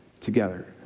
together